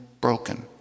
broken